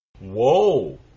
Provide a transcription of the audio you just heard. Whoa